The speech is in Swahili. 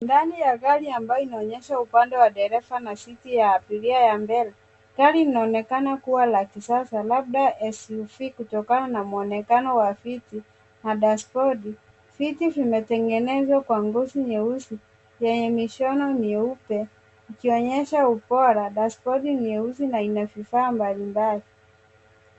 Ndani ya gari ambayo inaonyesha upande wa dereva na seat ya abiria ya mbele. Gari linaonekana kuwa la kisasa, labda SUV kutokana na muonekano wa viti na dashbodi. Viti vimetengenezwa kwa ngozi nyeusi ,yenye mishono miupe, ikionyesha ubora. Dashbodi ni nyeusi na ina vifaa mbalimbali.